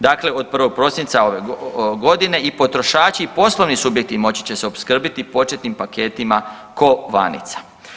Dakle, od 1. prosinca ove godine i potrošači i poslovni subjekti moći će se opskrbiti početnim paketima kovanica.